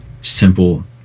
simple